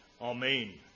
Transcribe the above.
amen